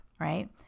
right